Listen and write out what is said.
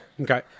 Okay